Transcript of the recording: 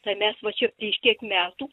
tai mes va čia prieš kiek metų